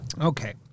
Okay